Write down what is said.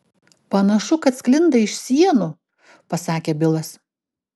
panašu kad sklinda iš sienų pasakė bilas